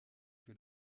que